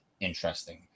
interesting